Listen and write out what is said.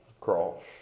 cross